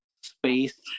space